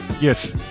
yes